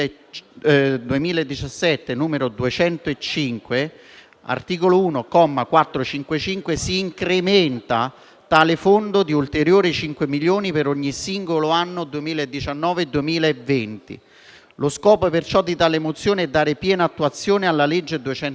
2017 n. 205, articolo 1, comma 455, si incrementa tale fondo di ulteriori 5 milioni per ogni singolo anno 2019 e 2020. Lo scopo di tale mozione è di dare piena attuazione alla legge n.